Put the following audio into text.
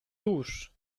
tuż